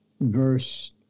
verse